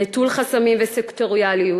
נטול חסמים וסקטוריאליות,